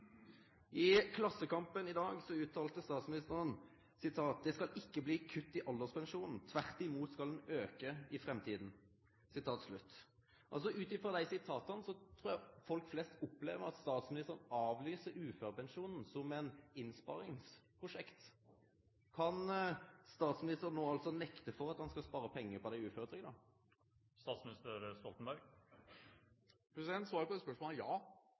I Klassekampen i dag uttaler statsministeren: «Det skal ikke bli kutt i alderspensjonen, tvert om den skal øke i årene framover.» Ut frå desse sitata trur eg folk flest opplever at statsministeren avlyser uførepensjonen som eit innsparingsprosjekt. Kan statsministeren no nekte for at han skal spare pengar på dei uføretrygda? Svaret på det spørsmålet er ja.